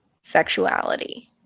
sexuality